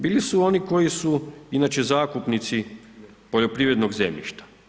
Bili su oni koji su inače zakupnici poljoprivrednog zemljišta.